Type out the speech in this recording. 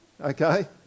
Okay